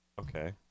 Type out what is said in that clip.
okay